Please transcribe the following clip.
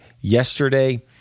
yesterday